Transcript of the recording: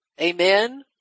amen